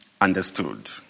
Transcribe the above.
understood